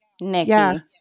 Nikki